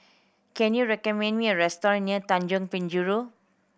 can you recommend me a restaurant near Tanjong Penjuru